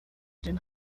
den